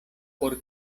por